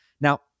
Now